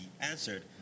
answered